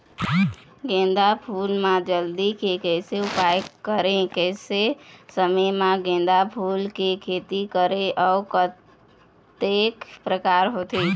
गेंदा फूल मा जल्दी के कैसे उपाय करें कैसे समय मा गेंदा फूल के खेती करें अउ कतेक प्रकार होथे?